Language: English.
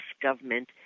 government